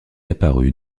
apparu